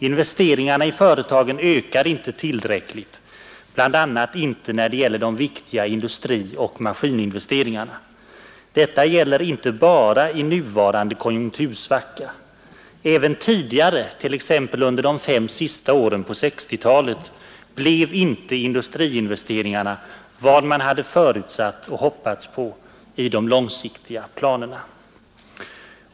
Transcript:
Investeringarna i företagen ökar inte tillräckligt, bl.a. inte när det gäller de viktiga industrioch maskininvesteringarna. Detta gäller inte bara i nuvarande konjunktursvacka. Inte heller tidigare, t.ex. under de fem sista åren på 1960-talet, blev industriinvesteringarna vad man hade förutsatt och hoppats på i de långsiktiga planerna.